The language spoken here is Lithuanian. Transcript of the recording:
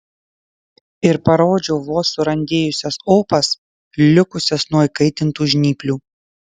ir parodžiau vos surandėjusias opas likusias nuo įkaitintų žnyplių